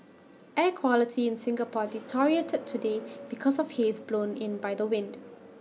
air quality in Singapore deteriorated today because of haze blown in by the wind